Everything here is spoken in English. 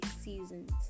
seasons